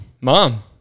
mom